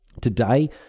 Today